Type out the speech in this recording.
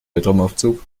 weltraumaufzug